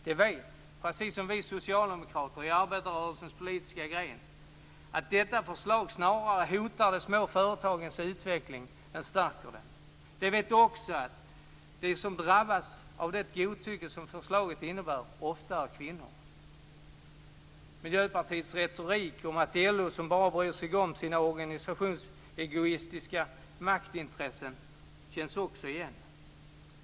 De vet, precis som vi socialdemokrater i arbetarrörelsens politiska gren, att detta förslag snarare hotar de små företagens utveckling än stärker den. De vet också att de som drabbas av det godtycke som förslaget innebär ofta är kvinnor. Miljöpartiets retorik om att LO bara bryr sig om sina organisationsegoistiska maktintressen känns också igen.